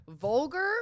vulgar